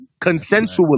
consensually